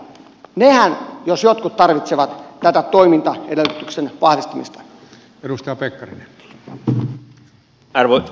nehän jos jotkut tarvitsevat tätä toimintaedellytyksen vahvistamista